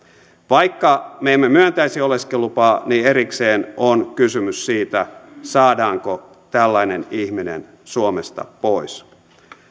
vaikka me emme myöntäisikään oleskelulupaa niin erikseen on kysymys siitä saadaanko tällainen ihminen suomesta pois